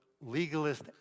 legalist